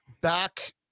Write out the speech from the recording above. back